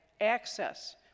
Access